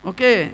Okay